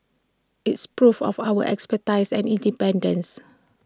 it's proof of our expertise and independence